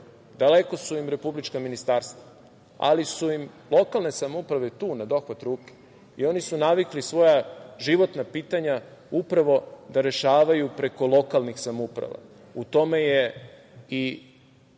daleko su im republička ministarstva, ali su im lokalne samouprave tu na dohvat ruke i oni su navikli svoja životna pitanja upravo da rešavaju preko lokalnih samouprava. U tome je i